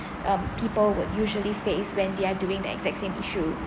um people would usually face when they are doing that exact same issue